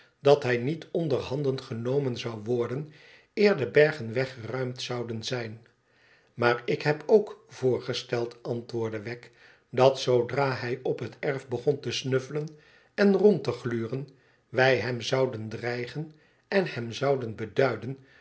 dat hij niet onder handen genomen zou worden eer de bergen weggeruimd zouden zijn maar ik heb k voorgesteld antwoordde wegg dat zoodra hij op het erf begon te snuffelen en rond te gluren wij hem zouden dreigen en hem zouden beduiden